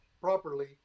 properly